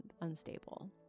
unstable